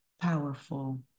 powerful